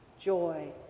joy